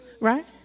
Right